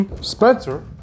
Spencer